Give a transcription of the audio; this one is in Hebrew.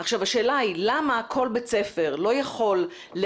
זה חשוב מאוד, שהדברים יהיו מתואמים.